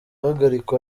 hagarikwa